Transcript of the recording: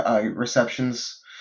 receptions